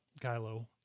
Kylo